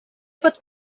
pot